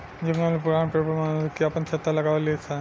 जंगल में पुरान पेड़ पर मधुमक्खी आपन छत्ता लगावे लिसन